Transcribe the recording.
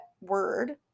word